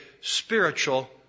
spiritual